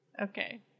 Okay